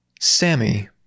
Sammy